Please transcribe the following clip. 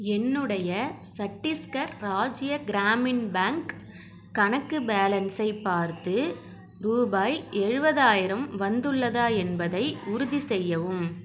என்னுடைய சட்டீஸ்கர் ராஜ்ய கிராமின் பேங்க் கணக்கு பேலன்ஸை பார்த்து ரூபாய் எழுபதாயிரம் வந்துள்ளதா என்பதை உறுதிசெய்யவும்